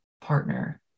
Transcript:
partner